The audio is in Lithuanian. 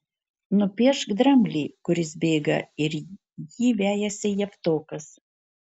nupiešk dramblį kuris bėga ir jį vejasi javtokas